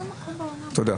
תודה.